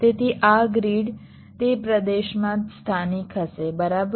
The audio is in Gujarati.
તેથી આ ગ્રીડ તે પ્રદેશમાં જ સ્થાનિક હશે બરાબર